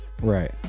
Right